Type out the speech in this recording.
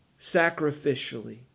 sacrificially